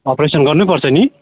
operation गर्नैपर्छ नि